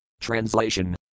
Translation